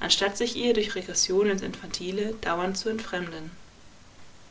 anstatt sich ihr durch regression ins infantile dauernd zu entfremden